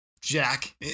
Jack